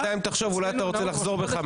בינתיים תחשוב אולי אתה רוצה לחזור בך.